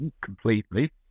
completely